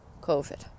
COVID